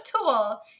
tool